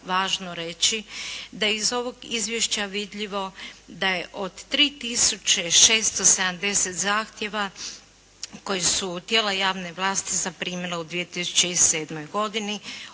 važno reći da je iz ovog izvješća vidljivo da je od 3 tisuće 670 zahtjeva koje su tijela javne vlasti zaprimili u 2007. godini